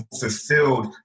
fulfilled